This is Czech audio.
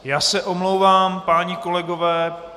Já se omlouvám, páni kolegové.